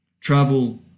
travel